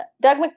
Doug